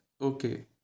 okay